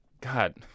God